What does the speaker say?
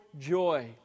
joy